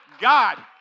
God